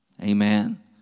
Amen